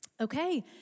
Okay